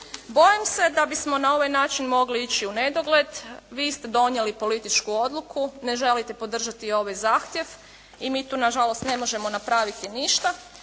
Bojim se da bismo na ovaj način mogli ići u nedogled. Vi ste donijeli političku odluku, ne želite podržati ovaj zahtjev i mi tu na žalost ne možemo napraviti ništa,